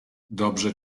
dobrze